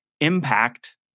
impact